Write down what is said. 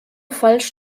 falsch